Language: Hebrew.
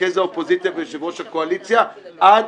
מרכז האופוזיציה ויושב-ראש הקואליציה עד